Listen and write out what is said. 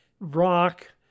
rock